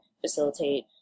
facilitate